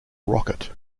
rocket